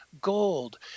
gold